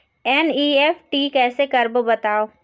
NEFT कैसे करबो बताव?